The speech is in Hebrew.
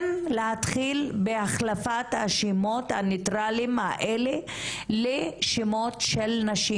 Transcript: להתחיל בהחלפת השמות הניטרליים האלה לשמות של נשים.